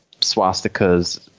swastikas